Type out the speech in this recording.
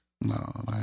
No